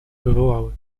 wywołały